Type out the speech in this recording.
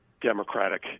democratic